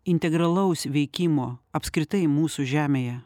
integralaus veikimo apskritai mūsų žemėje